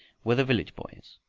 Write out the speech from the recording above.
were the village boys.